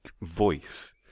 voice